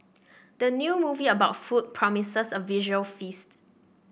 the new movie about food promises a visual feast